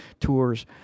tours